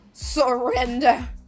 Surrender